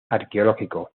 arqueológico